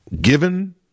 given